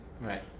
Right